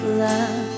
love